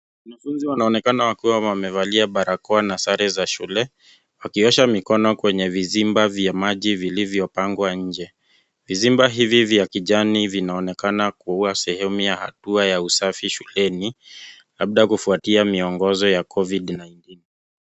Wanafunzi wanaonekana wakiwa wamevalia barakoa na sare za shule, wakiosha mikono kwenye vizimba vya maji vilivyopangwa nje. Vizimba hivi vya kijani vinaonekana kuwa sehemu ya hatua ya usafi shuleni, labda kufuatia miongozo ya COVID-19.